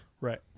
Right